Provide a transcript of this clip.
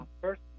first